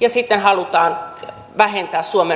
ja sitten halutaan vähentää suomen houkuttelevuutta